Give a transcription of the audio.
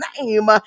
name